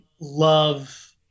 love